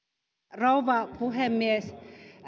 rouva puhemies